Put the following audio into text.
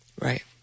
Right